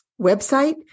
website